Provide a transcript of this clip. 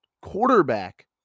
quarterback